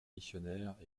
missionnaires